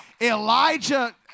Elijah